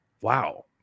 wow